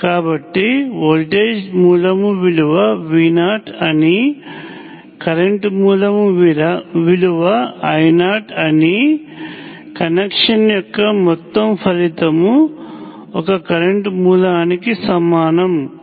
కాబట్టి వోల్టేజ్ మూలము విలువ V0 అని కరెంట్ మూలము మరియు I0 అని కనెక్షన్ యొక్క మొత్తం ఫలితము ఒక కరెంట్ మూలానికి సమానం